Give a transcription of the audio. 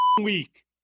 week